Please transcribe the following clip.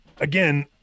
again